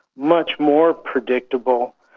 much more predictable,